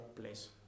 place